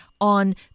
on